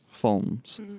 films